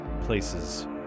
places